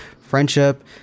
friendship